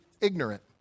ignorant